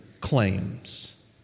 claims